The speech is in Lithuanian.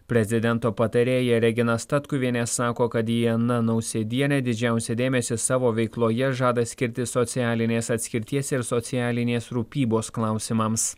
prezidento patarėja regina statkuvienė sako kad diana nausėdienė didžiausią dėmesį savo veikloje žada skirti socialinės atskirties ir socialinės rūpybos klausimams